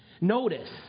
notice